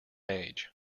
age